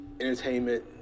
entertainment